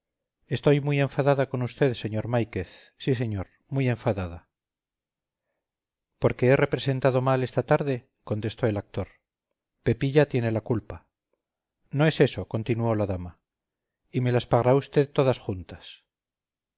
estoy muy enfadada con usted sr máiquez sí señor muy enfadada porque he representado mal esta tarde contestó el actor pepilla tiene la culpa no es eso continuó la dama y me las pagará vd todas juntas